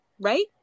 right